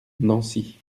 nancy